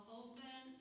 open